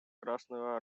красную